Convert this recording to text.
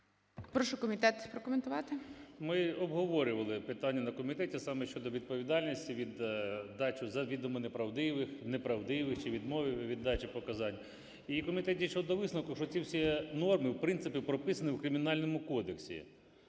Прошу комітет прокоментувати. 13:20:07 КУПРІЄНКО О.В. Ми обговорювали питання на комітеті саме щодо відповідальності за дачу завідомо неправдивих чи відмови від дачі показань. І комітет дійшов до висновку, що ці всі норми, в принципі, прописані в Кримінальному кодексі.